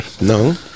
No